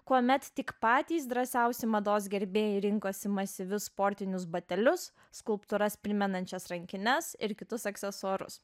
kuomet tik patys drąsiausi mados gerbėjai rinkosi masyvius sportinius batelius skulptūras primenančias rankines ir kitus aksesuarus